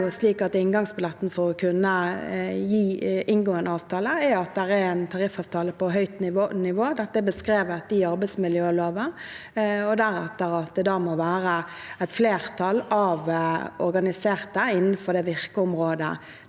fram at inngangsbilletten for å kunne inngå en avtale er at det er en tariffavtale på høyt nivå, dette er beskrevet i arbeidsmiljøloven, og deretter at det da må være et flertall av organiserte innenfor det virkeområdet